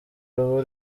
uba